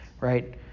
right